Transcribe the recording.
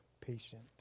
patient